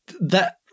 that-